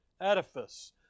edifice